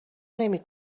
نمی